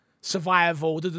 Survival